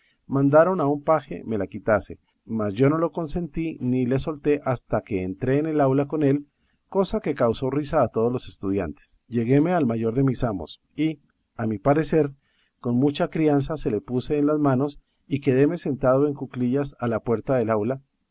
mandaron a un paje me le quitase mas yo no lo consentí ni le solté hasta que entré en el aula con él cosa que causó risa a todos los estudiantes lleguéme al mayor de mis amos y a mi parecer con mucha crianza se le puse en las manos y quedéme sentado en cuclillas a la puerta del aula